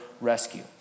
rescue